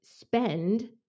spend